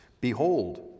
behold